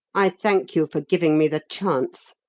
i thank you for giving me the chance!